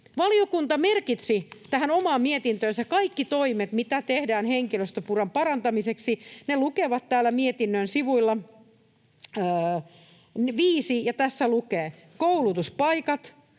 Valiokunta merkitsi tähän omaan mietintöönsä kaikki toimet, mitä tehdään henkilöstöpulan parantamiseksi. Ne lukevat täällä mietinnön sivulla 5, ja tässä lukee ”koulutuspaikat,